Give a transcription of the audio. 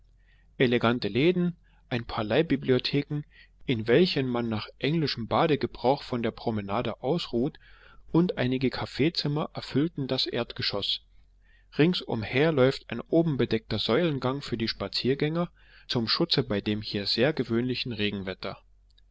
elegante läden ein paar leihbibliotheken in welchen man nach englischem badegebrauch von der promenade ausruht und einige kaffeezimmer erfüllten das erdgeschoß ringsumher läuft ein oben bedeckter säulengang für die spaziergänger zum schutze bei dem hier sehr gewöhnlichen regenwetter